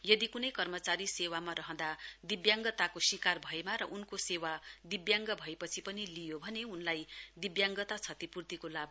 यदि कुनै कर्मचारी सेवामा रँहदा दिव्याङ्गनताका शिकार भएमा र उनको सेवा दिव्याङ्ग भएपछि पनि लिइयो भने उनलाई दिब्याङ्गता क्षतिपूर्तिको लाभ प्रदान गरिनेछ